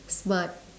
smart